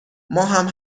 ماهم